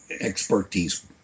expertise